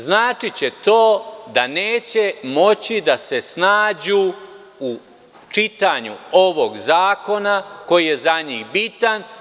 Značiće to da neće moći da se snađu u čitanju ovog zakona koji je za njih bitan.